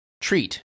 treat